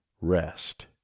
rest